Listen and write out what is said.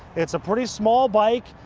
it's a pretty small bike,